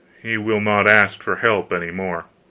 he will not ask for help any more.